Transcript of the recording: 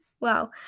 wow